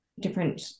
different